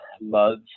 love